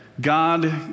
God